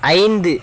ஐந்து